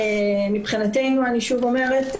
אני שוב אומרת,